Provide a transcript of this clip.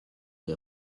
des